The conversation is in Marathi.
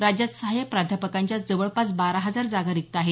राज्यात सहायक प्राध्यापकांच्या जवळपास बारा हजार जागा रिक्त आहेत